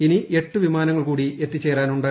ഇനി എട്ടു വിമാനങ്ങൾ കൂടി എത്തിച്ചേര്യാനുണ്ട്